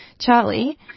Charlie